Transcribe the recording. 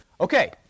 Okay